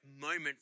moment